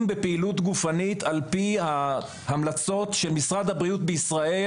בפעילות גופנית על פי ההמלצות של משרד הבריאות בישראל,